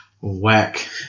Whack